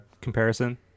comparison